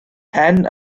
pen